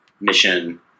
mission